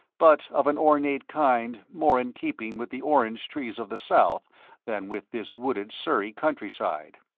but of an ornate kind more in keeping with the orange trees of the south than with this wooded surrey countryside.